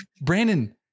brandon